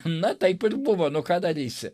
na taip buvo nu ką darysi